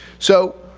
so,